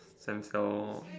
stem cell